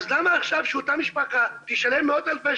אבל זה צריך להיות נושא בנפרד מכל הנושאים של התכנון והבנייה,